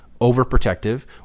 overprotective